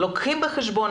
לוקחים בחשבון.